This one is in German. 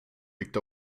liegt